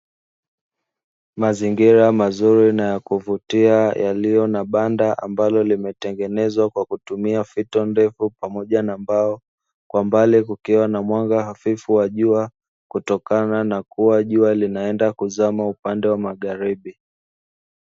Mazingira mazuri na ya kuvutia yaliyo na banda ambalo limetengenezwa kwa kutumia fito ndefu pamoja na mbao, kwa mbali kukiwa na mwanga hafifu wa jua kutokana na kuwa jua linaenda kuzama upande wa magharibi.